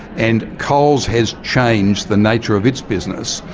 and coles has changed the nature of its business.